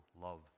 love